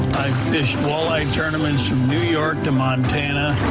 fished walleye tournaments from new york to montana,